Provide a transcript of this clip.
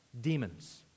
demons